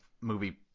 movie